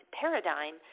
paradigm